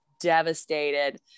devastated